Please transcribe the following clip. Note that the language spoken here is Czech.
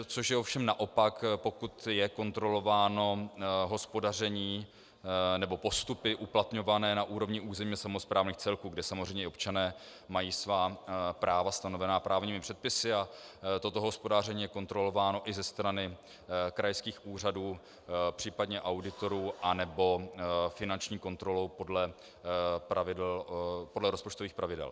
Což je ovšem naopak, pokud je kontrolováno hospodaření, nebo postupy uplatňované na úrovni územně samosprávných celků, kde samozřejmě i občané mají svá práva stanovená právními předpisy a toto hospodaření je kontrolováno i ze strany krajských úřadů, případně auditorů nebo finanční kontrolou podle rozpočtových pravidel.